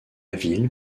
ville